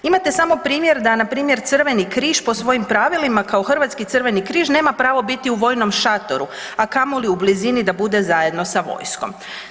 Imate samo primjer da npr. Crveni križ po svojim pravilima kao Hrvatski Crveni križ nema pravo biti u vojnom šatoru, a kamoli u blizini da bude zajedno sa vojskom.